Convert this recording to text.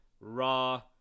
raw